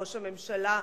ראש הממשלה,